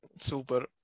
Super